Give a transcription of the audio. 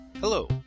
Hello